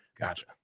gotcha